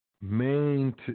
main